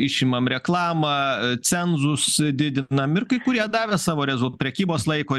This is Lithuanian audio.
išimam reklamą cenzus didinam ir kai kurie davė savo prekybos laiko